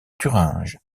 thuringe